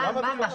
למה חדש?